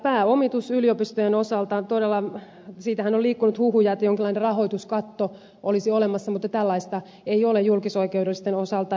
pääomituksestahan yliopistojen osalta on todella liikkunut huhuja että jonkinlainen rahoituskatto olisi olemassa mutta tällaista ei ole julkisoikeudellisten osalta